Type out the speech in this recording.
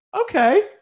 okay